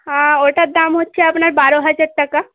হ্যাঁ ওইটার দাম হচ্ছে আপনার বারো হাজার টাকা